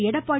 Edappadi